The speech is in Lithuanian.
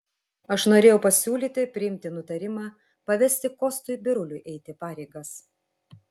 aš norėjau pasiūlyti priimti nutarimą pavesti kostui biruliui eiti pareigas